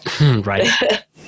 Right